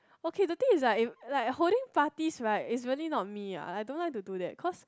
okay the thing is like like holding parties right is really not me ah I don't like to do that cause